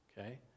Okay